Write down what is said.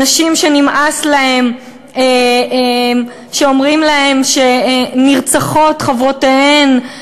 נשים שנמאס להן שאומרים להן שנרצחות חברותיהן,